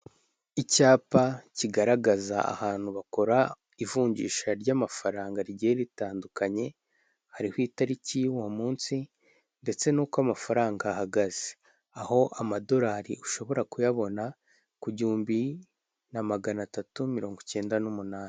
Icyapa kigaragaza ahantu bakora ivunjisha ry'amafaranga rigiye ritandukanye, hariho itariki y'uwo munsi ndetse n'uko amafaranga ahagaze, aho amadorari ushobora kuyabona ku gihumbi na magana atatu mirongo icyenda n'umuani.